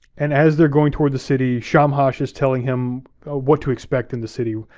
and as they're going toward the city, shamhat is telling him what to expect in the city,